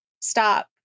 stop